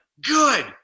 good